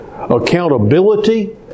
accountability